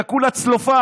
אתה כולה צלופן,